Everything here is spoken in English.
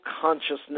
consciousness